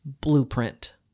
blueprint